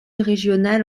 régional